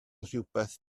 rhywbeth